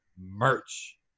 merch